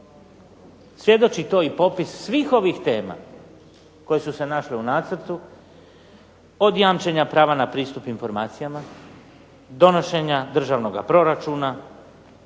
Svjedoči to i popis svih ovih tema koje su se našle u nacrtu od jamčenja prava na pristup informacijama, donošenja državnoga proračuna,